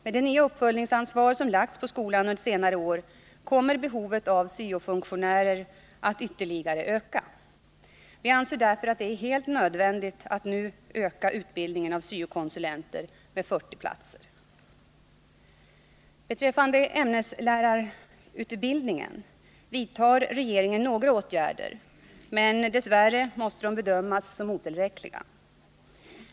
Med det nya uppföljningsansvar som lagts på skolan under senare år kommer behovet av syo-funktionärer att ytterligare öka. Vi anser därför att det är helt nödvändigt att nu öka utbildningen av syo-konsulenter med 40 platser. Beträffande ämneslärarutbildningen vidtar regeringen några åtgärder, men dessvärre måste de bedömas som otillräckliga.